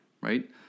right